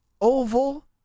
oval